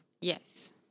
Yes